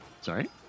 sorry